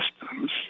systems